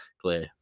clear